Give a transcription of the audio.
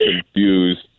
confused